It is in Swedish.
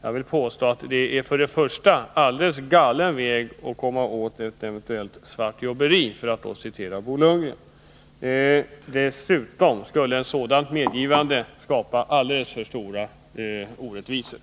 Jag vill påstå att det är en helt galen väg för att komma åt ett eventuellt svartjobberi, för att citera Bo Lundgren. Nr 51 Dessutom skulle ett sådant medgivande skapa alldeles för stora orättvi SOT.